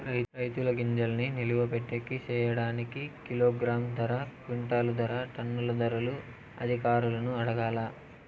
రైతుల గింజల్ని నిలువ పెట్టేకి సేయడానికి కిలోగ్రామ్ ధర, క్వింటాలు ధర, టన్నుల ధరలు అధికారులను అడగాలా?